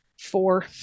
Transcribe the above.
four